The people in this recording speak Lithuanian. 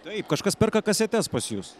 taip kažkas perka kasetes pas jus